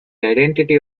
identity